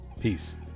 Peace